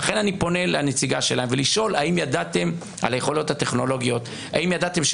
לכן אני פונה לנציגה שלהם ושואל: האם ידעתם על היכולות הטכנולוגיות?